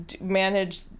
manage